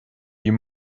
you